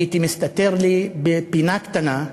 הייתי מסתתר לי בפינה קטנה,